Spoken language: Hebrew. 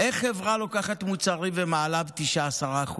איך חברה לוקחת מוצרים ומעלה ב-9% 10%,